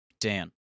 Dan